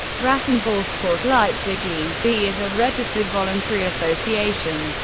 rasenballsport leipzig e v is a registered voluntary association.